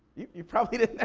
you probably didn't,